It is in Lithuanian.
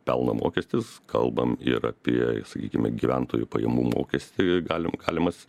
pelno mokestis kalbam ir apie sakykime gyventojų pajamų mokestį galim galimas